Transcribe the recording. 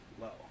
low